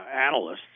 analysts